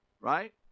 right